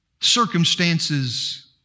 circumstances